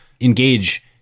engage